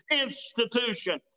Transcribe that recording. institution